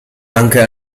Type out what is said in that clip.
anche